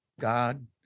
God